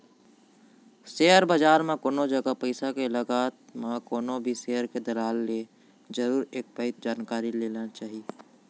share बजार म कोनो जगा पइसा के लगात म कोनो भी सेयर के दलाल ले जरुर एक पइत जानकारी ले लेना चाही